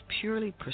purely